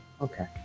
Okay